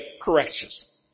corrections